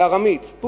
בארמית,